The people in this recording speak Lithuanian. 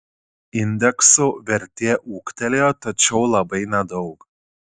indeksų vertė ūgtelėjo tačiau labai nedaug